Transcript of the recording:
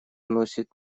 носит